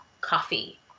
Coffee